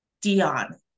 Dion